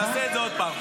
תעשה את זה עוד פעם.